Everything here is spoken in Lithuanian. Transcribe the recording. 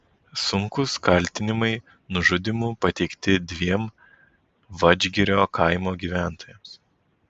sunkūs kaltinimai nužudymu pateikti dviem vadžgirio kaimo gyventojams